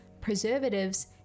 preservatives